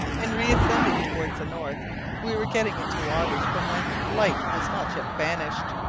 in re-ascending towards the north we were getting into waters from whence light was not yet banished.